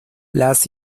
las